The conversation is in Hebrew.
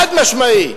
חד-משמעי,